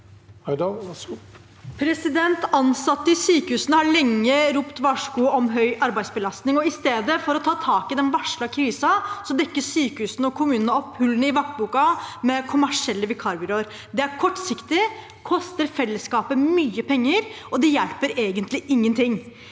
Ansatte i sykehusene har lenge ropt varsku om høy arbeidsbelastning. I stedet for å ta tak i den verste krisen dekker sykehusene og kommunene opp hullene i vaktboka med folk fra kommersielle vikarbyråer. Det er kortsiktig, koster fellesskapet mye penger, og det hjelper egentlig ingen ting.